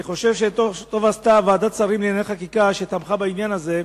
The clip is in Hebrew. אני חושב שטוב עשתה ועדת השרים לענייני חקיקה שתמכה בעניין הזה,